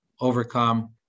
overcome